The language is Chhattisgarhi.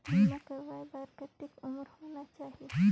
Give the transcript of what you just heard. बीमा करवाय बार कतेक उम्र होना चाही?